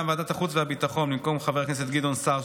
ועדת החוץ והביטחון במקום חבר הכנסת גדעון סער,